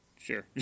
Sure